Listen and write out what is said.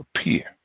appear